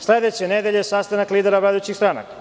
Sledeće nedelje sastanak lidera vladajućih stranaka.